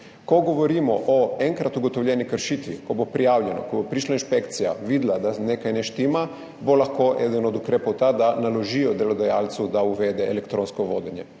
Ko govorimo o enkrat ugotovljeni kršitvi, ko bo prijavljeno, ko bo prišla inšpekcija, videla, da nekaj ne štima, bo lahko eden od ukrepov ta, da naložijo delodajalcu, da uvede elektronsko vodenje.